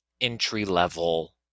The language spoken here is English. entry-level